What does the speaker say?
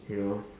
you know